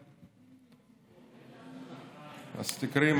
אז תקראי,